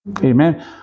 Amen